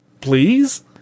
Please